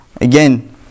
Again